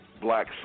Black